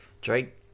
Drake